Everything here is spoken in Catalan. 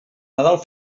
nadal